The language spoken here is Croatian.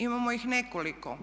Imamo ih nekoliko.